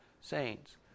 saints